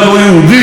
לדרוזים,